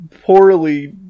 poorly